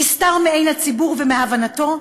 נסתר מעין הציבור ומהבנתו,